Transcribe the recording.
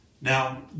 Now